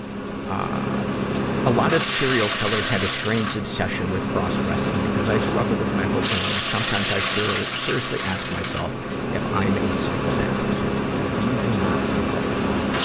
um a lot of serial killers had a strange obsession with cross-dressing, and because i struggle with mental illness, sometimes i seriously ask myself if i'm a psychopath, too. dude, you do not sound like one,